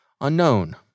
unknown